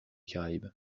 caraïbes